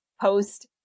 post